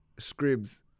Scribs